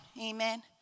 amen